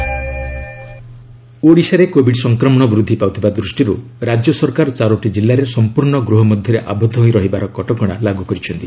Odisha lockdown ଓଡ଼ିଶାରେ Covid ସଂକ୍ରମଣ ବୃଦ୍ଧି ପାଉଥିବା ଦୃଷ୍ଟିରୁ ରାଜ୍ୟ ସରକାର ଚାରୋଟି ଜିଲ୍ଲାରେ ସମ୍ପର୍ଣ୍ଣ ଗୃହ ମଧ୍ୟରେ ଆବଦ୍ଧ ହୋଇ ରହିବା କଟକଣା ଲାଗୁ କରିଛନ୍ତି